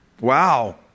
Wow